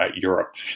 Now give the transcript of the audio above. Europe